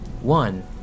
One